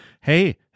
Hey